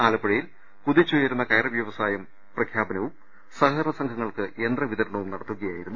ആലപ്പുഴയിൽ കുതിച്ചുയരുന്ന കയർ വ്യവസായം പ്രഖ്യാപനവും സഹകരണ സംഘ ങ്ങൾക്ക് യന്ത്ര വിതരണവും നടത്തുകയായിരുന്നു മന്ത്രി